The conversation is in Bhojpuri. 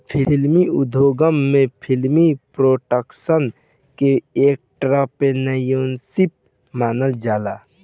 फिलिम उद्योगन में फिलिम प्रोडक्शन के एंटरप्रेन्योरशिप मानल जाला